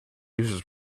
users